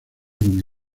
muy